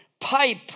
pipe